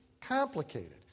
complicated